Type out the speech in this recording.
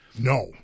No